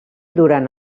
durant